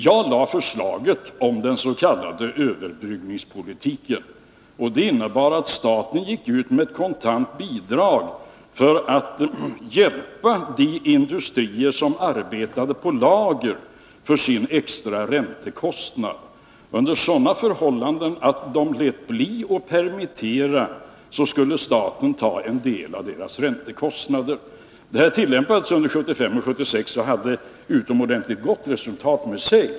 Jag lade förslaget om den s.k. överbryggningspolitiken, och den innebar att staten gick ut med ett kontant bidrag för att hjälpa de industrier som arbetade på lager med deras extra räntekostnad. Om det förhöll sig så att de lät bli att permittera, skulle staten ta en del av deras räntekostnader. Detta tillämpades under 1975 och 1976 och gav utomordentligt gott resultat i sig.